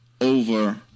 over